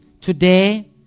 Today